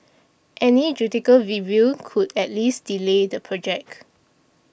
any judicial review could at least delay the project